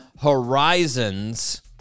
horizons